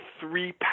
three